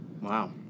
Wow